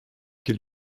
qui